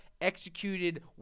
executed